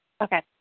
Okay